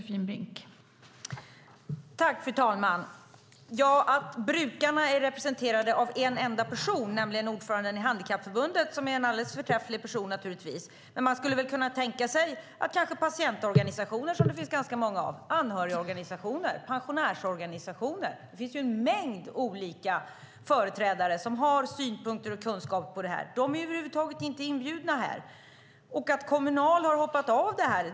Fru talman! Brukarna är representerade av en enda person, nämligen ordföranden i Handikappförbundet, som är en alldeles förträfflig person. Men man skulle kunna tänka sig patientorganisationer, som det finns ganska många av, anhörigorganisationer och pensionärsorganisationer. Det finns en mängd olika företrädare som har synpunkter på och kunskap om detta. De är över huvud taget inte inbjudna. Kommunal har hoppat av.